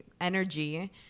energy